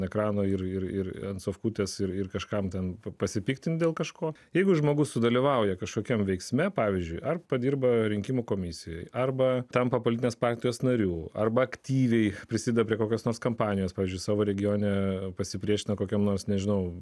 ekrano ir ir ant sofutės ir ir kažkam ten pasipiktinti dėl kažko jeigu žmogus sudalyvauja kažkokiam veiksme pavyzdžiui ar padirba rinkimų komisijai arba tampa politinės partijos nariu arba aktyviai prisideda prie kokios nors kampanijos pavyzdžiui savo regione pasipriešina kokiam nors nežinau